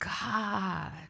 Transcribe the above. God